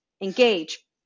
engage